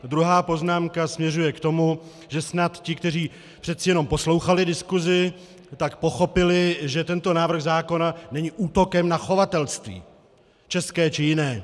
Druhá poznámka směřuje k tomu, že snad ti, kteří přece jenom poslouchali diskusi, pochopili, že tento návrh zákona není útokem na chovatelství české či jiné.